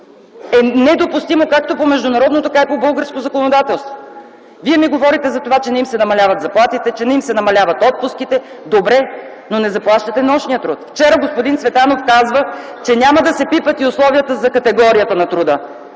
е недопустимо както по международно, така и по българско законодателство! Вие ми говорите за това, че не им се намаляват заплатите, че не им се намаляват отпуските – добре, но не заплащате нощния труд. Вчера господин Цветанов казва, че няма да се пипат и условията за категорията на труда,